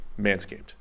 Manscaped